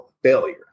failure